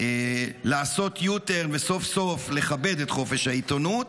או לעשות U-turn וסוף-סוף לכבד את חופש העיתונות,